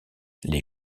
les